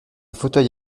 fauteuil